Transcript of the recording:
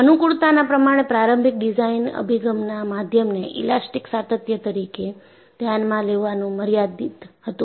અનુકૂળતાના પ્રમાણે પ્રારંભિક ડિઝાઇન અભિગમના માધ્યમને ઈલાસ્ટીક સાતત્ય તરીકે ધ્યાનમાં લેવાનું મર્યાદિત હતું